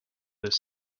this